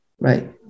right